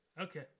Okay